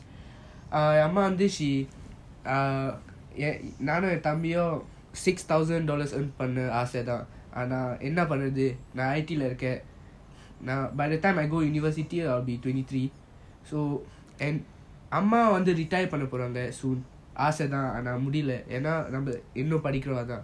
அம்மா வந்து:amma vanthu then she err நானும் ஏன் தம்பியும்:naanum yean thambiyum six thousand dollars earn பண்ண ஆச தான் ஆனா என்ன பண்றது நான்:panna aasa thaan aana enna panrathu naan I_T lah இருக்கான்:irukan by the time I go university I will be twenty three so அம்மா வந்து:amma vanthu retire பண்ண போறாங்க:panna poranga soon ஆனா ஆச தான் ஆனா முடில என்ன நம்ம இன்னும் படிக்கணும் அதன்:aana aasa thaan aana mudila enna namma inum padikanum athan